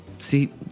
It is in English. See